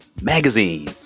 Magazine